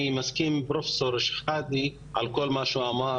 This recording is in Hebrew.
אני מסכים עם פרופ' שחאדה על כל מה שהוא אמר